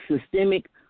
systemic